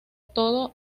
todo